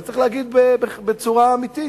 אבל צריך להגיד בצורה אמיתית: